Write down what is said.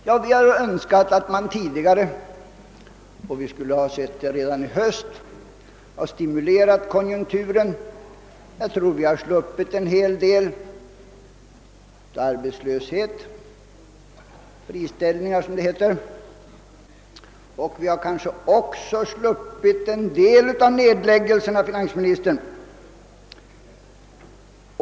Om man, såsom vi önskade, hade stimulerat konjunkturen tidigare — helst redan i höstas så tror jag att man hade sluppit en hel del arbetslöshet, eller friställningar som det heter, och kanske också en del av företagsnedläggningarna, herr finansminister.